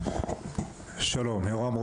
שלום, יורם.